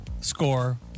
score